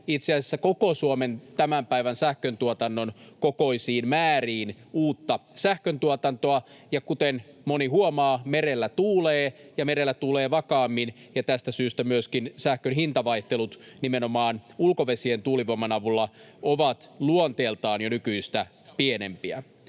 itse asiassa koko Suomen tämän päivän sähköntuotannon kokoisiin määriin uutta sähköntuotantoa. Ja kuten moni huomaa, merellä tuulee ja merellä tuulee vakaammin, ja tästä syystä myöskin sähkön hintavaihtelut nimenomaan ulkovesien tuulivoiman avulla ovat luonteeltaan jo nykyistä pienempiä.